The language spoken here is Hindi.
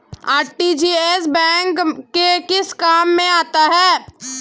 आर.टी.जी.एस बैंक के किस काम में आता है?